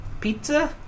Pizza